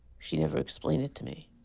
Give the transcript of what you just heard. she never explained it to me.